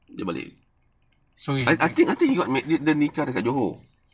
so he's